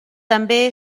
també